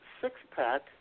six-pack